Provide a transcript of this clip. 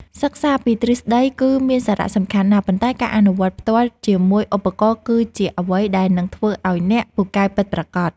សិក្សាពីទ្រឹស្តីគឺមានសារៈសំខាន់ណាស់ ប៉ុន្តែការអនុវត្តផ្ទាល់ជាមួយឧបករណ៍គឺជាអ្វីដែលនឹងធ្វើឱ្យអ្នកពូកែពិតប្រាកដ។